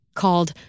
called